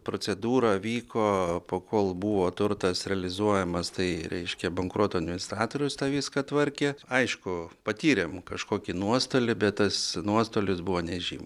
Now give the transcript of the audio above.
procedūra vyko po kol buvo turtas realizuojamas tai reiškia bankroto administratorius tą viską tvarkė aišku patyrėm kažkokį nuostolį bet tas nuostolis buvo nežym